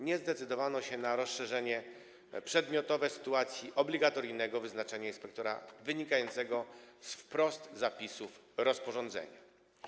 Nie zdecydowano się na rozszerzenie przedmiotowe w sytuacji obligatoryjnego wyznaczania inspektora wynikającego wprost z zapisów rozporządzenia.